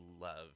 love